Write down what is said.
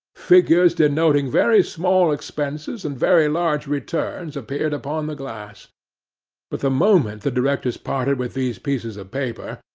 figures denoting very small expenses and very large returns appeared upon the glass but the moment the directors parted with these pieces of paper,